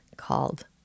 Called